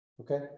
Okay